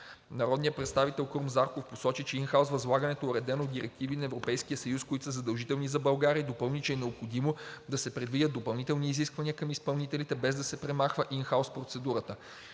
Народният представител Крум Зарков посочи, че ин хаус възлагането е уредено в директиви на Европейския съюз, които са задължителни за България и допълни, че е необходимо да се предвидят допълнителни изисквания към изпълнителите, без да се премахва ин хаус процедурата.